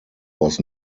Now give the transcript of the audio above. was